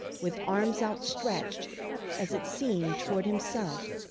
with arms outstretched as it seemed toward himself,